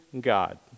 God